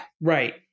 Right